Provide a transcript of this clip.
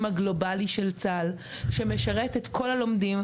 הגלובלי של צה"ל שמשרת את כל הלומדים,